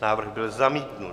Návrh byl zamítnut.